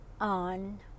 on